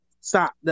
stop